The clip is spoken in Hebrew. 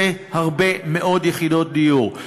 זה הרבה מאוד יחידות דיור.